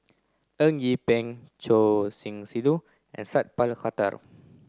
Eng Yee Peng Choor Singh Sidhu and Sat Pal Khattar